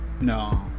No